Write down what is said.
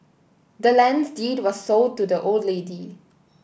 the land's deed was sold to the old lady